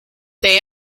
they